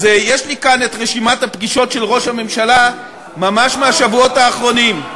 אז יש לי כאן רשימת הפגישות של ראש הממשלה ממש מהשבועות האחרונים.